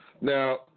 Now